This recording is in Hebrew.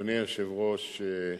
אדוני היושב-ראש,